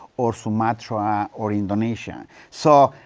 or sumatra, or indonesia. so,